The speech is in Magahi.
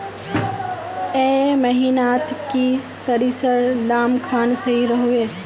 ए महीनात की सरिसर दाम खान सही रोहवे?